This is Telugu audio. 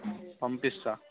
పంపిస్తాను